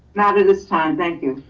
not at this time, thank you.